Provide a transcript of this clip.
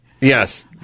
Yes